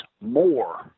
more